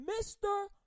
Mr